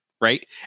right